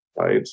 right